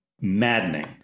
maddening